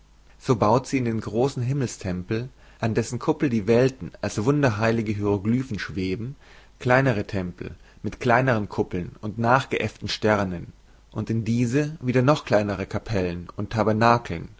so baut sie in den großen himmelstempel an dessen kuppel die welten als wunderheilige hieroglyphen schweben kleinere tempel mit kleinern kuppeln und nachgeäfften sternen und in diese wieder noch kleinere kapellen und tabernakel